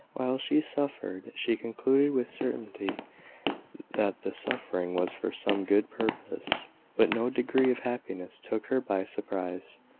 while she suffered, she concluded with certainty that the suffering was for some good purpose but no degree of happiness took her by surprise,